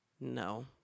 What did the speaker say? No